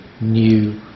new